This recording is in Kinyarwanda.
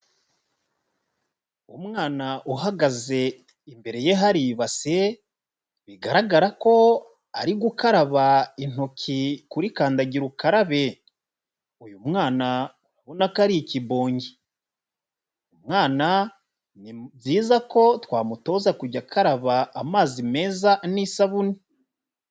Umwana uhagaze imbere ye hari ibase bigaragara ko ari gukaraba intoki kuri kandagira ukarabe, uyu mwana urabona ko ari ikibonke, umwana ni byiza ko twamutoza kujya akaraba amazi meza n'isabune.